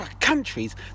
Countries